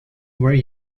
were